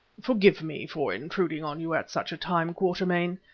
forgive me for intruding on you at such a time, quatermain,